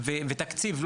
י"ח בסיוון תשפ"ג,